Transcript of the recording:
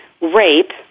rape